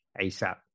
ASAP